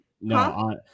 no